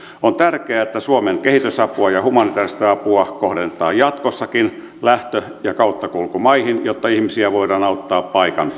on tärkeää että suomen kehitysapua ja humanitäärista apua kohdennetaan jatkossakin lähtö ja kauttakulkumaihin jotta ihmisiä voidaan auttaa paikan